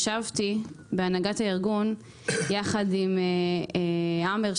ישבתי בהנהגת הארגון ביחד עם עמאר,